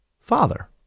Father